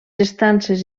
estances